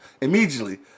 Immediately